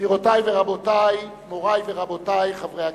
גבירותי ורבותי, מורי ורבותי חברי הכנסת,